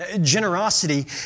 Generosity